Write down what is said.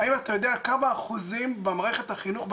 האם אתה יודע כמה אחוזים במערכת החינוך,